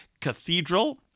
Cathedral